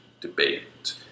debate